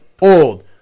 old